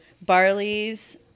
Barley's